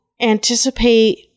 anticipate